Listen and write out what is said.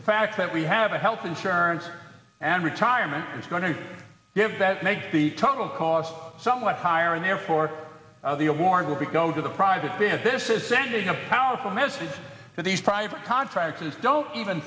the fact that we have a health insurance and retirement is going to give that make the total cost somewhat higher and therefore the award will be go to the private because this is sending a powerful message to these private contractors don't even